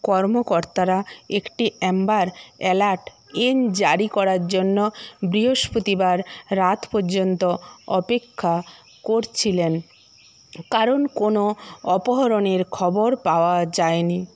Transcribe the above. কর্মকর্তারা একটি amber alert এন জারি করার জন্য বৃহস্পতিবার রাত পর্যন্ত অপেক্ষা করছিলেন কারণ কোনো অপহরণের খবর পাওয়া যায় নি